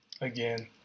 again